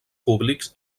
públics